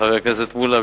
חבר הכנסת מולה,